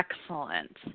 Excellent